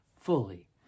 fully